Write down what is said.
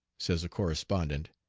says a correspondent,